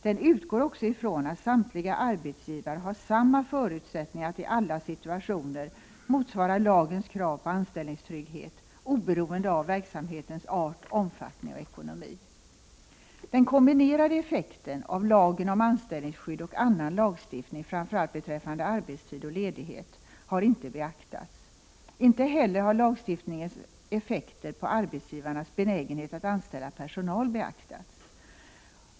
Den utgår också ifrån att samtliga arbetsgivare har samma förutsättningar att i alla situationer motsvara lagens krav på anställningstrygghet, oberoende av verksamhetens art, omfattning och ekonomi. lagstiftning, framför allt beträffande arbetstid och ledighet, har inte beaktats. Prot. 1988/89:25 Inte heller har lagstiftningens effekter på arbetsgivarnas benägenhet att 16 november 1988 anställa personal beaktats.